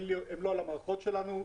הם לא על המערכות שלנו.